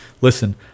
listen